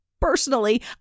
personally